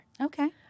Okay